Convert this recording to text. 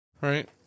Right